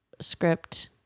script